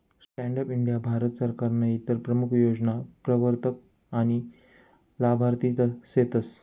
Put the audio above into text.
stand up India Bharat सरकारनं इतर प्रमूख योजना प्रवरतक आनी लाभार्थी सेतस